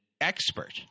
expert